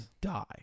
die